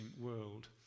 world